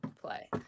play